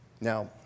Now